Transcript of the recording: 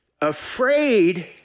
afraid